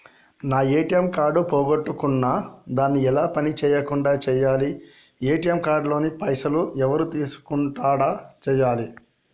నా ATM card పోగొట్టుకున్నా దాన్ని ఎలా పని చేయకుండా చేయాలి ఏ.టి.ఎమ్ కార్డు లోని పైసలు ఎవరు తీసుకోకుండా చేయాలి?